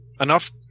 Enough